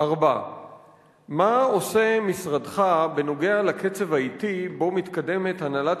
4. מה עושה משרדך בנוגע לקצב האטי שבו מתקדמת הנהלת